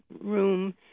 room